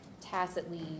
tacitly